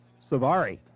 Savari